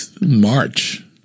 March